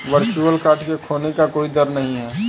virtual card के खोने का कोई दर नहीं है